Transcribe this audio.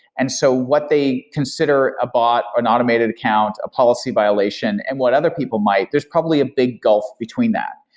and so what they consider a bot or an automated account, a policy violation, and what other people might, there's probably a big gulf between that.